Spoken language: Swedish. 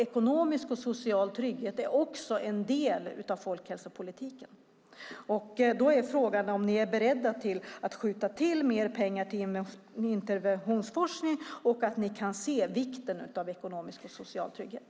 Ekonomisk och social trygghet är också en del av folkhälsopolitiken. Frågan är därför om ni är beredda att skjuta till mer pengar till interventionsforskning och om ni kan se vikten av ekonomisk och social trygghet.